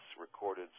recorded